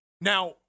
now